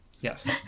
Yes